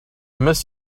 miss